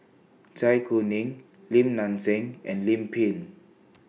Zai Kuning Lim Nang Seng and Lim Pin